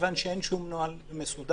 כיוון שאין שום נוהל מסודר.